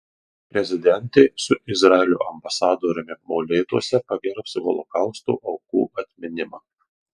prezidentė su izraelio ambasadoriumi molėtuose pagerbs holokausto aukų atminimą